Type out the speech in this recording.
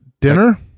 Dinner